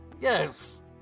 yes